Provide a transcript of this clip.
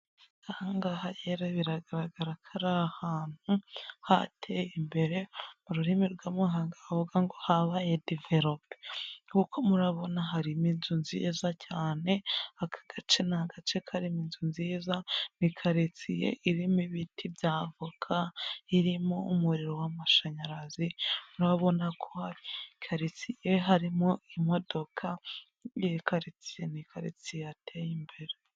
nkahangaha rero biragaragara ko ari ahantu hateye imbere mu rurimi rw'amahanga baravuga ngo habaye divelope kuko murabona harimo inzu nziza cyane aka gace ni agace karimo inzu nziza ni karitsiye irimo ibiti bya avoka irimo umuriro w'amashanyarazi urabona ko iyi karitsiye harimo imodoka iyi caritine yateye imbere.